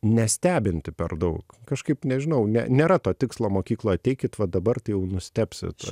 nestebinti per daug kažkaip nežinau ne nėra to tikslo mokykloj ateikit vat dabar tai jau nustebsit